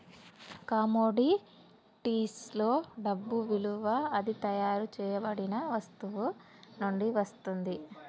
కమోడిటీస్లో డబ్బు విలువ అది తయారు చేయబడిన వస్తువు నుండి వస్తుంది